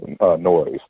noise